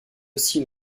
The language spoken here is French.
aussi